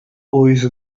ulls